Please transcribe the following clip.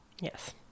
Yes